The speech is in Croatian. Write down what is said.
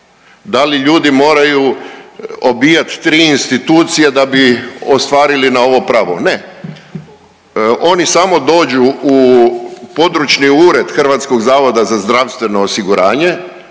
da li ljudi moraju obijat tri institucije da bi ostvarili na ovo pravo? Ne, oni samo dođu u područni Ured HZZO-a ispune obrazac